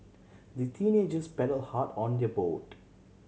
the teenagers paddle hard on their boat